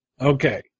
Okay